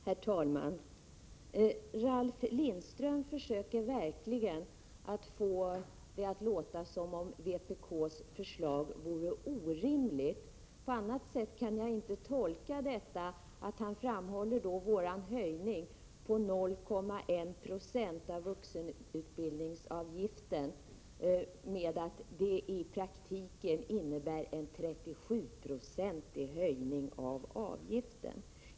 Herr talman! Ralf Lindström försöker verkligen att få det att låta som om vpk:s förslag vore orimligt. På annat sätt kan jag inte tolka hans framhållande av att vårt förslag om höjning med 0,1 26 av vuxenutbildningsavgiften i praktiken skulle innebära en 37-procentig höjning av avgiften.